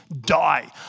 die